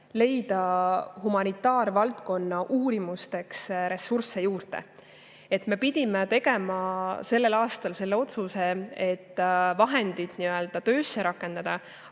leida humanitaarvaldkonna uurimusteks ressursse juurde. Me pidime tegema sellel aastal selle otsuse, et vahendid töösse rakendada,